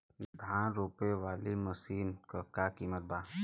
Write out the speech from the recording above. धान रोपे वाली मशीन क का कीमत बा?